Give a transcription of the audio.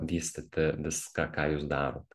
vystyti viską ką jūs darot